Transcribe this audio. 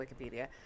Wikipedia